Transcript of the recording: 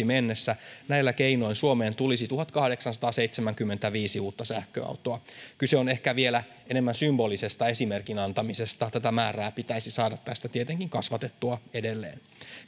mennessä näillä keinoin suomeen tulisi tuhatkahdeksansataaseitsemänkymmentäviisi uutta sähköautoa kyse on ehkä vielä enemmän symbolisesta esimerkin antamisesta tätä määrää pitäisi saada tästä tietenkin kasvatettua edelleen